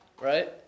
right